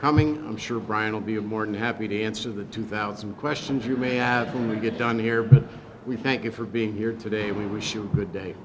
coming i'm sure brian will be a more than happy to answer the two thousand questions you may have when we get done here but we thank you for being here today and we wish you good day